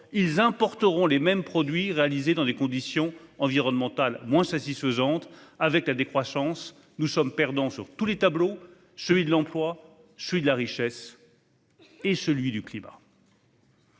ils achèteront les mêmes produits importés, réalisés dans des conditions environnementales moins satisfaisantes. Avec la décroissance, nous sommes perdants sur tous les tableaux : celui de l'emploi, celui de la richesse et celui du climat.